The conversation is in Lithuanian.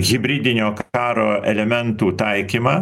hibridinio karo elementų taikymą